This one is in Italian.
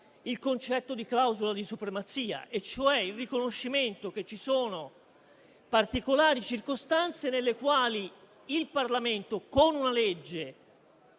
il concetto di clausola di supremazia, ossia il riconoscimento che in particolari circostanze il Parlamento, con una legge,